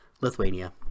lithuania